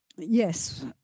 Yes